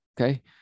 okay